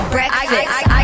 Breakfast